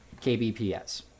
KBPS